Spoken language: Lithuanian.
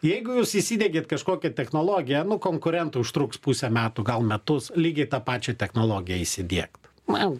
jeigu jūs įsidiegėt kažkokią technologiją nu konkurentui užtruks pusę metų gal metus lygiai tą pačią technologiją įsidiegt na